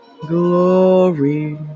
Glory